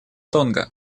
тонга